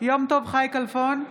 יום טוב חי כלפון,